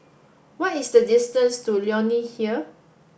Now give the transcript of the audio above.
what is the distance to Leonie Hill